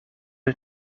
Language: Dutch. het